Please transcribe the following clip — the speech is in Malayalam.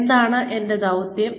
എന്താണ് എന്റെ ദൌത്യം